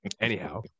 Anyhow